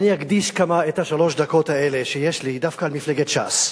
אני אקדיש את שלוש הדקות האלה שיש לי דווקא למפלגת ש"ס.